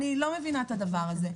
אני לא מבינה את הדבר הזה,